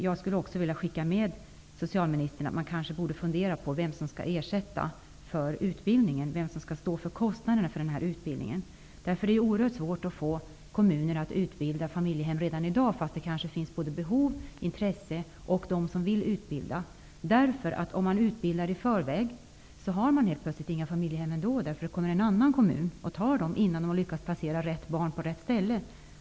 Jag vill också skicka med socialministern att man kanske borde fundera på vem som skall stå för kostnaderna för utbildningen. Det är redan i dag oerhört svårt att få kommuner att utbilda familjehemsföräldrar, fastän det kan finnas behov, intresse och de som vill utbilda. Om man utbildar i förväg, får man ändå helt plötsligt inga familjehem. Andra kommuner kommer och tar platserna innan man lyckas placera rätt barn på rätt ställe.